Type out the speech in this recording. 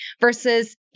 versus